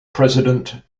president